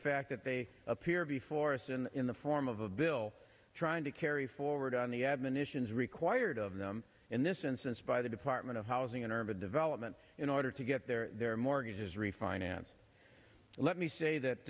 fact that they appear before us and in the form of a bill trying to carry forward on the admonitions required of them in this instance by the department of housing and urban development in order to get their mortgages refinanced let me say that